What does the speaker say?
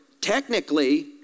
technically